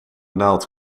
naald